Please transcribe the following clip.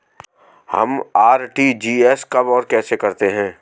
हम आर.टी.जी.एस कब और कैसे करते हैं?